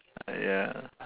ah ya